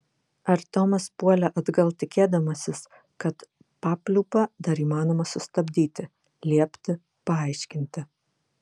artiomas puolė atgal tikėdamasis kad papliūpą dar įmanoma sustabdyti liepti paaiškinti